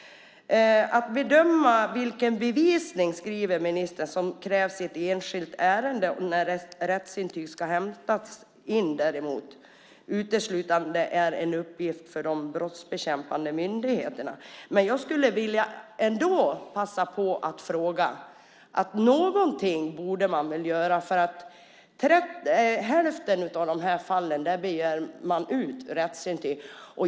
"Att bedöma vilken bevisning som krävs i ett enskilt ärende", skriver ministern, "och när rättsintyg ska hämtas in är däremot uteslutande en uppgift för de brottsbekämpande myndigheterna." Men jag skulle ändå vilja passa på och fråga: Någonting borde man väl göra? I hälften av de här fallen begär man ut rättsintyg.